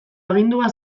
agindua